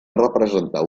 representar